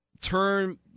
turn